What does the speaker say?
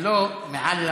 שלו, מעל לממוצע.